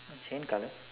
same colour